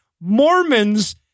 Mormons